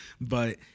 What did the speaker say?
But-